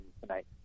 tonight